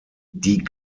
die